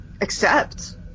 accept